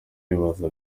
yibaza